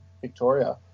Victoria